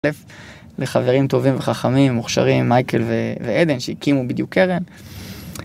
לחברים טובים וחכמים ומוכשרים, מייקל ועדן שהקימו בדיוק קרן.